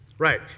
Right